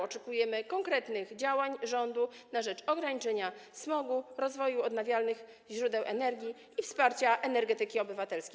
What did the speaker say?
Oczekujemy konkretnych działań rządu na rzecz ograniczenia smogu, rozwoju odnawialnych źródeł energii i wsparcia energetyki obywatelskiej.